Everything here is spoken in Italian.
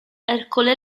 ercole